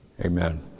Amen